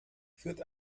führt